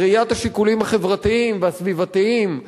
של ראיית השיקולים החברתיים והסביבתיים,